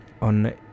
on